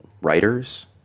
writers